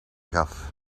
gaf